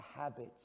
habits